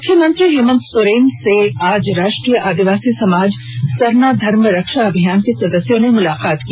मुख्यमंत्री हेमन्त सोरेन से आज राष्ट्रीय आदिवासी समाज सरना धर्म रक्षा अभियान के सदस्यों ने मुलाकात की